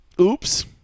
oops